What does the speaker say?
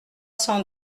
cents